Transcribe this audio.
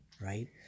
right